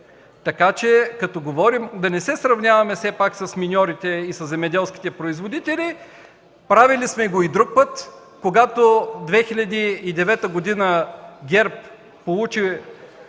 така че като говорим, да не се сравняваме все пак с миньорите и със земеделските производители. Правили сме го и друг път, когато в 2009 г. ГЕРБ получи